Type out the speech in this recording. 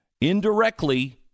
indirectly